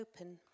open